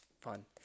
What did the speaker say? fun